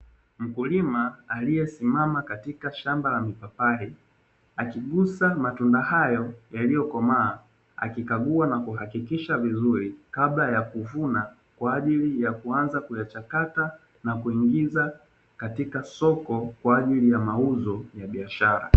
Mkulima alyesimama katika shamba la mipapai, akigusa matunda hayo yaliyokomaa, akikagua na kuhakikisha vizuri kabla ya kuvuna kwa ajili ya kuanza kuyachakata na kuingiza katika soko kwa ajili ya mauzo ya biashara.